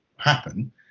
Happen